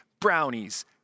brownies